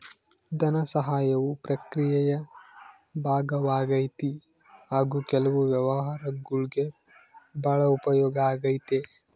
ಧನಸಹಾಯವು ಪ್ರಕ್ರಿಯೆಯ ಭಾಗವಾಗೈತಿ ಹಾಗು ಕೆಲವು ವ್ಯವಹಾರಗುಳ್ಗೆ ಭಾಳ ಉಪಯೋಗ ಆಗೈತೆ